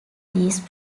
these